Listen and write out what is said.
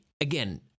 Again